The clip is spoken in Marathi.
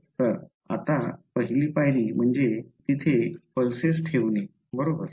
तर आता पहिली पायरी म्हणजे तिथे पल्सेस ठेवणे बरोबर